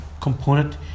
component